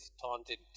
taunted